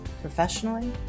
professionally